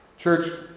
Church